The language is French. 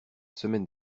semaine